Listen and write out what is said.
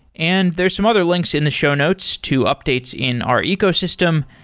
and there are some other links in the show notes to updates in our ecosystem.